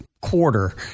quarter